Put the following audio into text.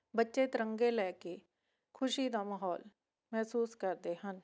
ਬੱਚੇ ਤਿਰੰਗੇ ਲੈ ਕੇ ਖੁਸ਼ੀ ਦਾ ਮਾਹੌਲ ਮਹਿਸੂਸ ਕਰਦੇ ਹਨ